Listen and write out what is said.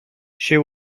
she